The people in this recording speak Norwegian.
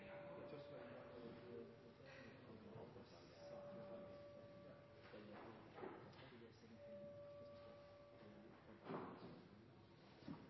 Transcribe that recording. Jeg er nødt til å ta ordet for å